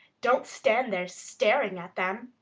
don't stand there staring at them.